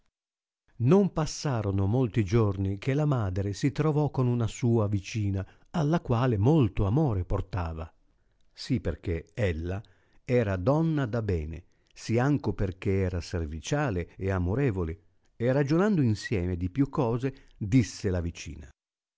non passarono molti giorni che la madre si trovò con una sua vicina alla quale molto amore portava sì perchè ella era donna da bene sì anco perchè era serviciale e amorevole e ragionando insieme di più cose disse la vicina